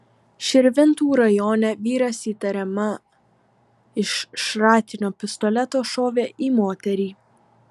širvintų rajone vyras įtariama iš šratinio pistoleto šovė į moterį